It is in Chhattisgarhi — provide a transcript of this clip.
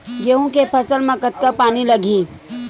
गेहूं के फसल म कतका पानी लगही?